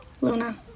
Luna